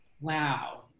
Wow